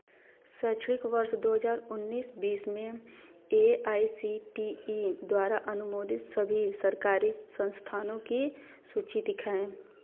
शैक्षणिक वर्ष दो हज़ार उन्नीस बीस में A I C T E द्वारा अनुमोदित सभी सरकारी संस्थानों की सूची दिखाएँ